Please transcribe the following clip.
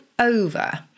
over